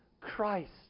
Christ